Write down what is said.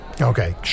Okay